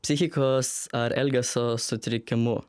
psichikos ar elgesio sutrikimu